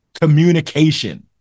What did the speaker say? Communication